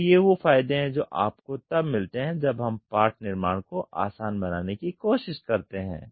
तो ये वो फायदे हैं जो आपको तब मिलते हैं जब हम पार्ट निर्माण को आसान बनाने की कोशिश करते हैं